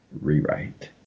rewrite